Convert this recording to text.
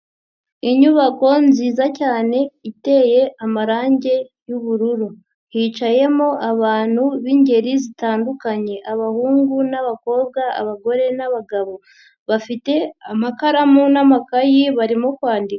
Inyubako nziza cyane iteye amarange y'ubururu. Hicayemo abantu b'ingeri zitandukanye. Abahungu n'abakobwa, abagore n'abagabo. Bafite amakaramu n'amakayi barimo kwandika.